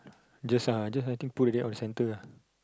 just uh just I think put it there one the center ah